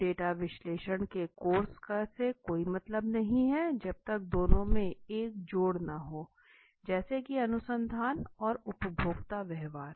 तो डेटा विश्लेषण के कोर्स से कोई मतलब नहीं है जब तक दोनों में एक जोड़ न हो जैसे की अनुसंधान और उपभोक्ता व्यवहार